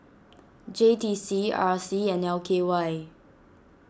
J T C R C and L K Y